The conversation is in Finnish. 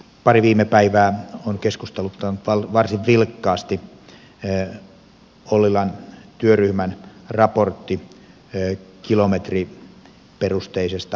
pari viime päivää on keskusteluttanut varsin vilkkaasti ollilan työryhmän raportti kilometriperusteisesta autoverotuksesta